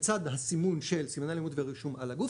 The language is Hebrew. בצד הסימון של סימני לאומיות ורישום על הגוף,